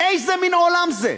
איזה מין עולם זה?